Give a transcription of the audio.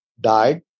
died